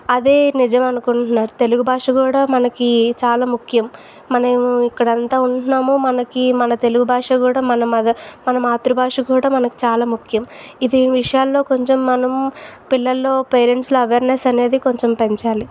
అదే నిజం అనుకుంట్నారు తెలుగు భాష కూడా మనకి చాలా ముఖ్యం మనం ఇక్కడ అంతా ఉంటున్నాము మనకి మన తెలుగు భాష కూడా మన మద మాతృభాష కూడా మనకు చాలా ముఖ్యం ఇది ఈ విషయాల్లో కొంచం మనం పిల్లల్లో పేరెంట్స్లో అవేర్నెస్ అనేది కొంచం పెంచాలి